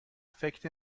فکر